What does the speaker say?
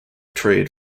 trade